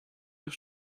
your